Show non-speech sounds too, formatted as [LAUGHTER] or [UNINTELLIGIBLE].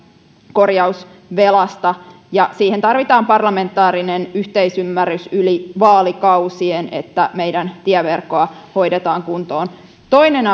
korjausvelasta ja siihen tarvitaan parlamentaarinen yhteisymmärrys yli vaalikausien että meidän tieverkkoa hoidetaan kuntoon toinen [UNINTELLIGIBLE]